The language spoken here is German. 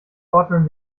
ordnen